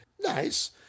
Nice